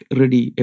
ready